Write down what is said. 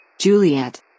Juliet